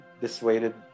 dissuaded